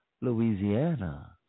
Louisiana